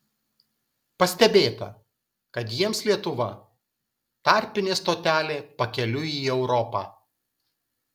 pastebėta kad jiems lietuva tarpinė stotelė pakeliui į europą